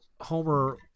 Homer